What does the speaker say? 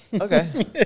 Okay